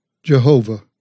Jehovah